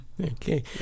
Okay